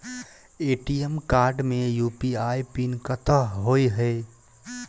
ATM card मे UPI PIN कतह होइ है?